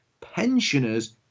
pensioners